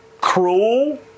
cruel